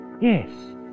Yes